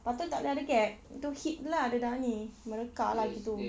lepas itu tak boleh ada gap itu hit itu lah dia dah ini merekah lah itu